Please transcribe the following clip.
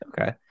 Okay